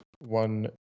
One